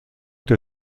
der